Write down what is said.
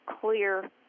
clear